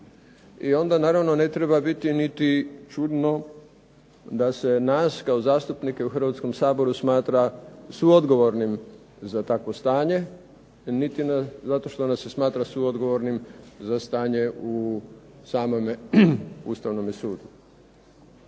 I onda naravno ne treba biti niti čudno da se nas kao zastupnike u Hrvatskom saboru smatra suodgovornim za takvo stanje niti zato što nas se smatra suodgovornim za stanje u samome Ustavnome sudu.